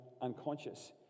unconscious